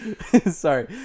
sorry